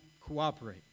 cooperate